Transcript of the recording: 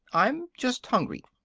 i'm just hungry.